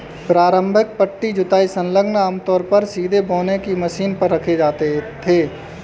प्रारंभिक पट्टी जुताई संलग्नक आमतौर पर सीधे बोने की मशीन पर रखे जाते थे